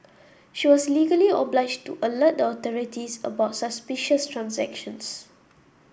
she was legally obliged to alert the authorities about suspicious transactions